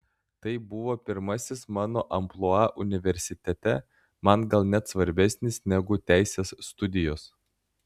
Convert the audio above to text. tai buvo pirmasis mano amplua universitete man gal net svarbesnis negu teisės studijos